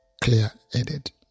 clear-headed